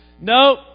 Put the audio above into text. No